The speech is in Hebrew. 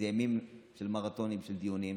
אלה ימים מרתוניים של דיונים.